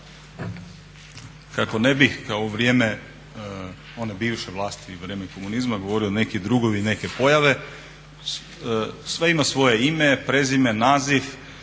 Kako ne bih kao u vrijeme one bivše vlasti, u vrijeme komunizma govorio neki drugovi, neke pojave, sve ima svoje ime, prezime, naziv,